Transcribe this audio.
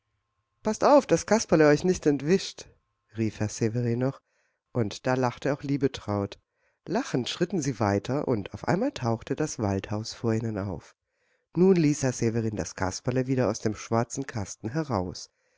paßt auf daß kasperle euch nicht entwischt rief herr severin noch und da lachte auch liebetraut lachend schritten sie weiter und auf einmal tauchte das waldhaus vor ihnen auf nun ließ herr severin das kasperle wieder aus dem schwarzen kasten heraus